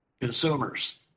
consumers